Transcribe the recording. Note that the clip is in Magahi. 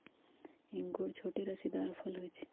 इंगूर छोट रसीदार फल होइ छइ